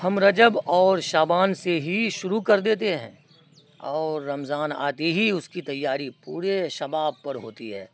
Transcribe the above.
ہم رجب اور شابان سے ہی شروع کر دیتے ہیں اور رمضان آتے ہی اس کی تیاری پورے شباب پر ہوتی ہے